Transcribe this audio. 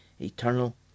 eternal